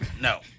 no